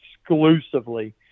exclusively